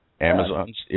Amazon's